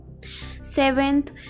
Seventh